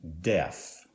deaf